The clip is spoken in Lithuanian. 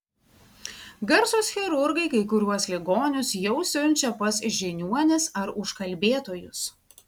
garsūs chirurgai kai kuriuos ligonius jau siunčia pas žiniuonis ar užkalbėtojus